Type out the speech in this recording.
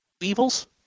evils